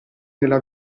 nella